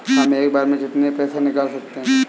हम एक बार में कितनी पैसे निकाल सकते हैं?